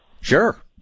Sure